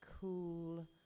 cool